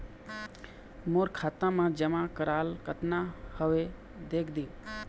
मोर खाता मा जमा कराल कतना हवे देख देव?